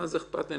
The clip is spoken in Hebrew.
מה זה אכפת לי.